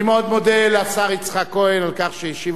אני מאוד מודה לשר יצחק כהן על כך שהשיב